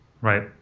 Right